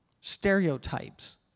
stereotypes